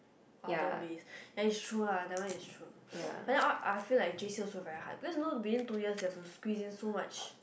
other ways and it's true ah that one is true but then I also feel that j_c also very hard you know in two years you have to squeeze in so much